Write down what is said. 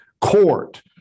court